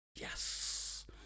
yes